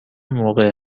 موقع